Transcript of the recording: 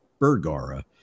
Bergara